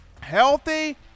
healthy